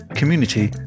community